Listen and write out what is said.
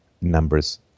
numbers